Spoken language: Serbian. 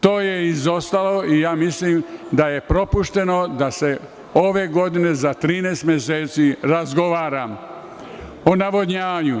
To je izostalo i ja mislim da je propušteno da se ove godine za 13 meseci razgovara o navodnjavanju.